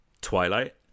twilight